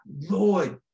Lord